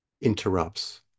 interrupts